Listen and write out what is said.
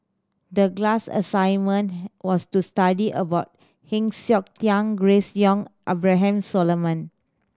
the class assignment was to study about Heng Siok Tian Grace Young Abraham Solomon